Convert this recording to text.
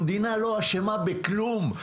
המדינה לא אשמה בכלום,